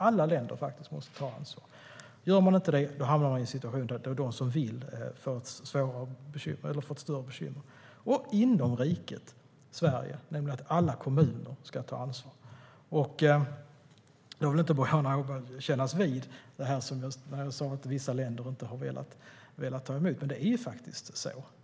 Gör de inte det hamnar vi i en situation där de länder som vill ta ansvar får stora bekymmer. Dessutom måste alla kommuner inom riket Sverige ta ansvar. Boriana Åberg vill inte kännas vid att vissa kommuner inte har velat ta emot flyktingar. Men så är det.